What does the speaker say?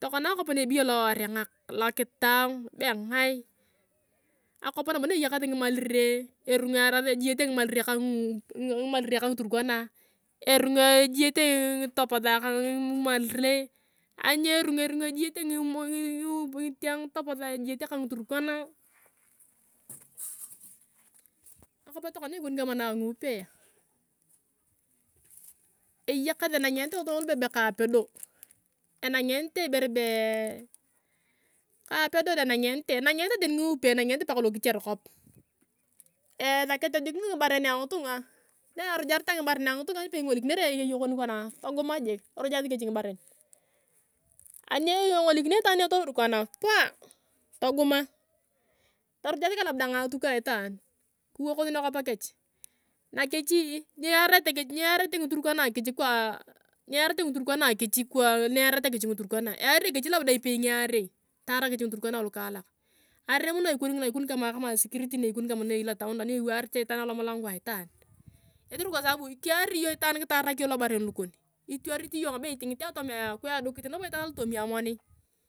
Tokonn akop na ebeyo lowarenga lokitang, be ngae, akop nabo na na eyakasi ngimarile, eringa ejiyete ngimarile ka ngiturkana, eringa esiyete ngimarile ka ngitoposa. Ani eringa ejiyete ngitoposa ka ngiturukana. Akop tokona na ikoni na ngiupe yae, eyakasi enangenate ngitunga ngulu ibere be kapedo, enangenete ibere bee, kapedo deng enangenete. Enangete tani ngiupe, enangenete paka lokichar kop. Esakete jik ngibaren angitunga na erujareta ngibaren angitunga napei ingolikinere ekeyekon kona toguma jik, toruyasi kech ngibaren. Ani ingolikinio itaan, kiwokosi nakop kech, na kechii. Na kechi nyarete ngiturkana kechi kwa nareata kech ngiturkana. Eario kechi labda ibei ngiarei. Taara kech ngiturkana lukaalak. Aerom na ikoni ngina na ikoni kama security na eyei lofaun lo na ewaar cha itaan alomulango aitaan. Kotere kwa sabu kiari iyong itaan kitarak iyong lobaren lukon, ituerit iyonga be itingit atomea kwa edukit nabo itaan alootomi amoni.